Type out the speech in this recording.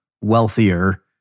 wealthier